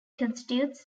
constitutes